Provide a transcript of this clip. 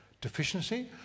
deficiency